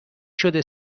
شده